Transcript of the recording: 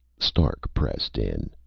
stark pressed in.